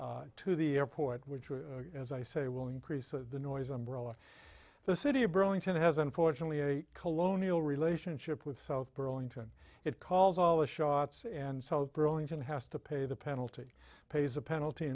five's to the airport which as i say will increase the noise umbrella the city of burlington has unfortunately a colonial relationship with south burlington it calls all the shots and south burlington has to pay the penalty pays a penalty